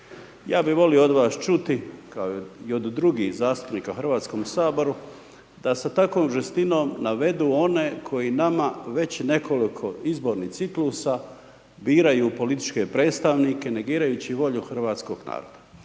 Ja bi volio od vas čuti, kao i od drugih zastupnika u HS-u da sa takvom žestinom navedu one koji nama već nekoliko izbornih ciklusa biraju političke predstavnike negirajući volju hrvatskog naroda.